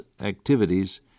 activities